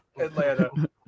Atlanta